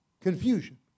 confusion